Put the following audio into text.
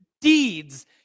Deeds